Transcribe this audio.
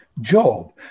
job